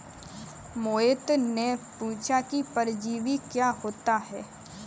मोहित ने पूछा कि परजीवी क्या होता है?